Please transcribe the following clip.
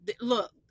look